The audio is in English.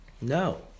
No